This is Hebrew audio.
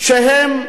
שהם